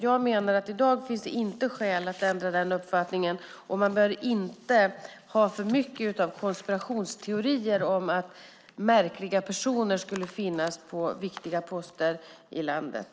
Jag menar att det i dag inte finns skäl att ändra uppfattning, och man bör inte lägga fram för många konspirationsteorier om att märkliga personer skulle finnas på viktiga poster i landet.